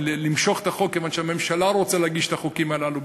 למשוך את החוק כיוון שהממשלה רוצה להגיש את החוקים הללו.